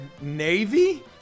Navy